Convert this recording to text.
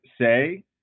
say